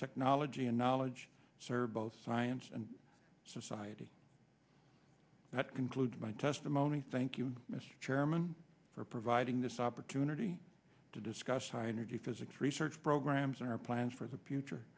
technology and knowledge sir both science and society that concludes my testimony thank you mr chairman for providing this opportunity to discuss high energy physics research programs and our plans for the future